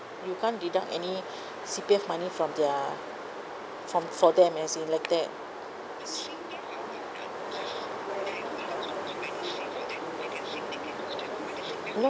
you can't deduct any C_P_F money from their from for them as in like that no